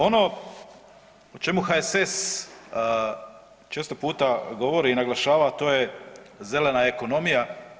Ono o čemu HSS često puta govori i naglašava, a to je zelena ekonomija.